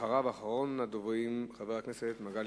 אחריו, אחרון הדוברים, חבר הכנסת מגלי